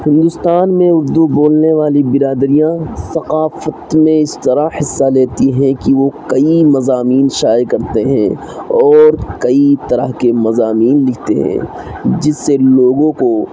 ہندوستان میں اردو بولنے والی برادریاں ثقافت میں اس طرح حصہ لیتی ہیں کہ وہ کئی مضامین شائع کرتے ہیں اور کئی طرح کے مضامین لکھتے ہیں جس سے لوگوں کو